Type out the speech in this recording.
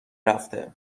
رفته